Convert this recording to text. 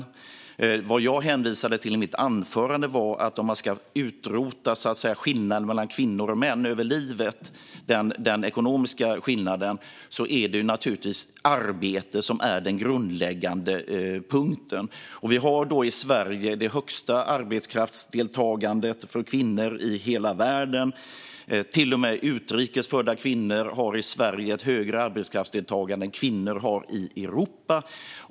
Det jag hänvisade till i mitt anförande var att om man ska så att säga utrota den ekonomiska skillnaden över livet mellan kvinnor och män är arbete den grundläggande punkten. I Sverige har vi det högsta arbetskraftsdeltagandet i hela världen för kvinnor. Till och med utrikes födda kvinnor har i Sverige ett högre arbetskraftsdeltagande än kvinnor har i Europa.